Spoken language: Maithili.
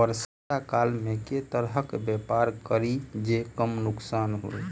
वर्षा काल मे केँ तरहक व्यापार करि जे कम नुकसान होइ?